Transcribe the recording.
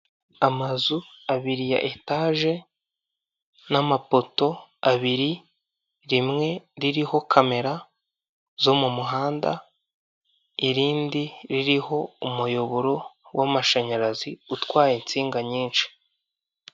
Amazu abiri ya etaje n'amapoto abiri rimwe ririho kamera zo mu muhanda irindi ririho umuyoboro w'amashanyarazi utwaye insinga nyinshi.